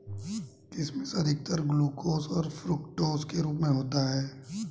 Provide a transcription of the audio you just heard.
किशमिश अधिकतर ग्लूकोस और फ़्रूक्टोस के रूप में होता है